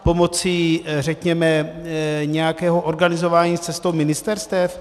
Pomocí, řekněme, nějakého organizování cestou ministerstev?